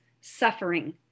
suffering